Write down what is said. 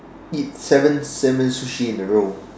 eat seven Salmon Sushi in a row